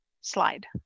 Slide